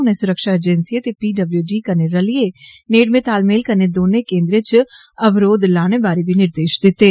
उनें सुरक्षा अजैंसिएं ते पी डब्लू डी कन्नै रलियै नेडमे तालमेल कन्नै दौने केन्द्रे च अवरोध लाने बारै बी निदेष दित्ते